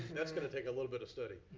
that's gonna take a little bit of study.